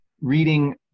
reading